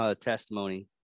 testimony